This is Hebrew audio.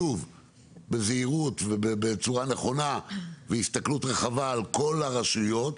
שוב בזהירות ובצורה נכונה ובהסתכלות רחבה על כל הרשויות,